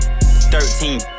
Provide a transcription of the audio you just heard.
thirteen